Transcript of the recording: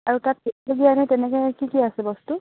আৰু তাত তেনেকৈ কি কি আছে বস্তু